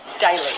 daily